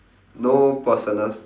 no personal s~